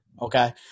okay